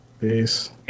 Peace